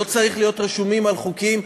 לא צריך להיות רשומים על חוקים,